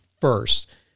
first